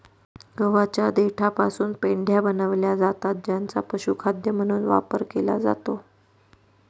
गव्हाच्या देठापासून पेंढ्या बनविल्या जातात ज्यांचा पशुखाद्य म्हणून वापर केला जातो